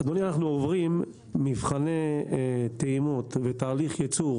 אנחנו עוברים מבחני טעימות ותהליך ייצור